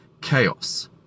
Chaos